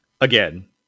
again